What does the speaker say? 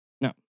Now